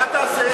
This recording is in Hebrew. מה תעשה?